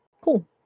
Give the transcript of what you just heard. cool